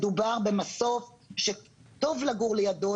מדובר במסוף שטוב לגור לידו,